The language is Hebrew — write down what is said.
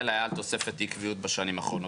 היה על תוספת אי קביעות בשנים האחרונות.